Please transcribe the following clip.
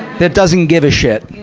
that doesn't give a shit,